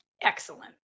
Excellent